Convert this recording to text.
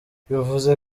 bivuze